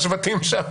-- לשבטים שם.